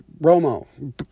Romo